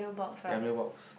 ya mailbox